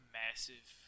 massive